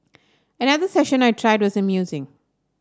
another session I tried was amusing